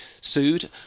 sued